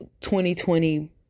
2020